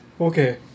Okay